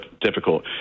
difficult